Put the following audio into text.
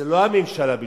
זה לא הממשלה בלבד,